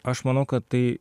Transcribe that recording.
aš manau kad tai